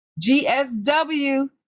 GSW